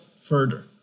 further